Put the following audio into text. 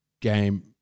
game